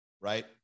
right